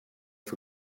for